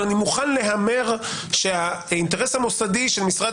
אבל אני מוכן להמר שהאינטרס המוסדי של משרד